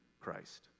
Christ